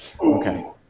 Okay